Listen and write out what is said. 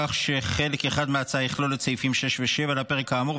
כך שחלק אחד מההצעה יכלול את סעיפים 6 ו-7 לפרק כאמור,